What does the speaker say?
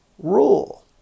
Rule